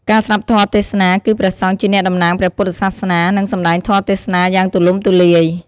ការស្ដាប់ធម៌ទេសនា គឺព្រះសង្ឃជាអ្នកតំណាងព្រះពុទ្ធសាសនា នឹងសម្ដែងធម៌ទេសនាយ៉ាងទូលំទូលាយ។